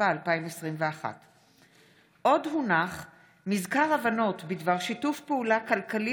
התשפ"א 2021. מזכר הבנות בדבר שיתוף פעולה כלכלי